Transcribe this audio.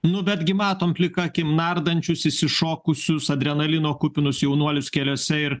nu betgi matom plika akim nardančius išsišokusius adrenalino kupinus jaunuolius keliuose ir